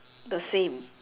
the same